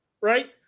right